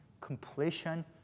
completion